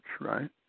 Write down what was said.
right